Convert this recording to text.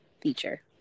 feature